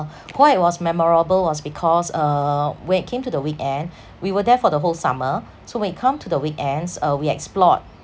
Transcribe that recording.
why it was memorable was because uh when it came to the weekend we were there for the whole summer so when it come to the weekends uh we explored